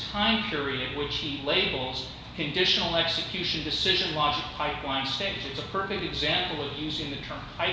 time period which he labels conditional execution decision last pipeline saying it's a perfect example of using the term